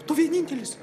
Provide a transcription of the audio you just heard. tu vienintelis